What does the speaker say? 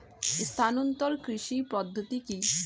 স্থানান্তর কৃষি পদ্ধতি কি?